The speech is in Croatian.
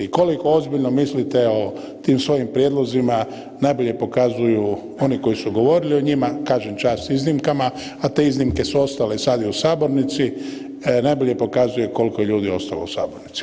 I koliko ozbiljno mislite o tim svojim prijedlozima najbolje pokazuju oni koji su govorili o njima, kažem čast iznimkama, a te iznimke su ostale sad i u sabornici, najbolje pokazuje koliko je ljudi ostalo u sabornici.